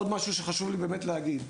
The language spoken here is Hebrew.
עוד משהו שחשוב לי באמת להגיד.